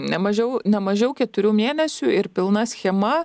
ne mažiau ne mažiau keturių mėnesių ir pilna schema